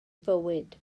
fywyd